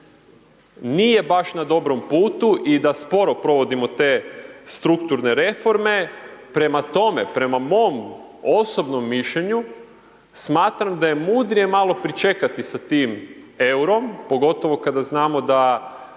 nije baš na dobrom putu i da sporo provodimo te strukturne reforme. Prema tome, prema mom osobnom mišljenju smatram da je mudrije malo pričekati sa tim EUR-om, pogotovo kada znamo da